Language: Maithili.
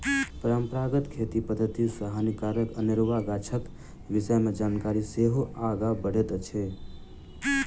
परंपरागत खेती पद्धति सॅ हानिकारक अनेरुआ गाछक विषय मे जानकारी सेहो आगाँ बढ़ैत अछि